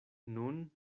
nun